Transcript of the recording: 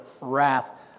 wrath